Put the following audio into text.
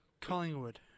Collingwood